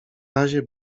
razie